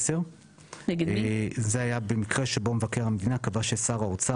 זה היה במקרה שבו מבקר המדינה קבע ששר האוצר